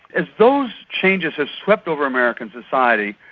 as those changes have swept over american society,